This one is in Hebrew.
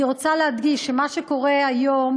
אני רוצה להדגיש שמה שקורה היום: